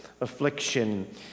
affliction